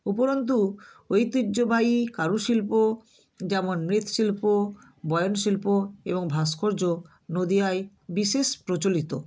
উপরন্তু ঐতিহ্যবাহী কারুশিল্প যেমন মৃৎশিল্প বয়নশিল্প এবং ভাস্কর্য নদিয়ায় বিশেষ প্রচলিত